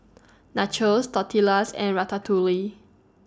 Nachos Tortillas and Ratatouille